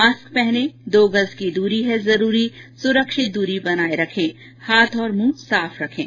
mask पहनें दो गज़ की दूरी है जरूरी सुरक्षित दूरी बनाए रखें हाथ और मुंह साफ रखें